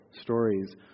stories